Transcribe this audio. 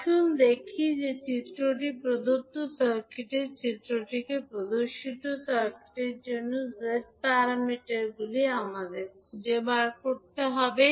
আসুন দেখি যে চিত্রটি প্রদত্ত সার্কিটটি চিত্রটিতে প্রদর্শিত সার্কিটের জন্য জেড প্যারামিটারগুলি আমাদের খুঁজে বের করতে হবে